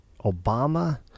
Obama